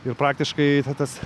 ir praktiškai tas